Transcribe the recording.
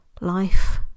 life